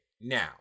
Now